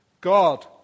God